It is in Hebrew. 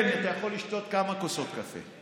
כן, אתה יכול לשתות כמה כוסות קפה.